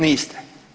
Niste.